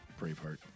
braveheart